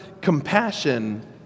compassion